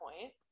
point